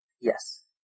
Yes